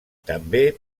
també